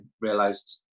realised